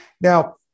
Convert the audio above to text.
Now